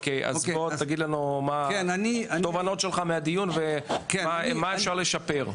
טוב תגיד לנו מה התובנות שלך מהדיון ומה אפשר לשפר?